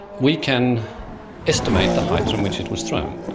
we can estimate the height from which it was thrown.